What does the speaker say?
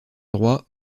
droit